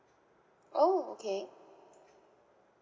oh okay